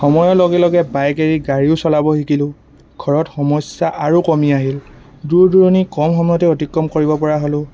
সময়ৰ লগে লগে বাইক এৰি গাড়ীও চলাব শিকিলোঁ ঘৰত সমস্যা আৰু কমি আহিল দূৰ দূৰণি কম সময়তে অতিক্ৰম কৰিবপৰা হ'লোঁ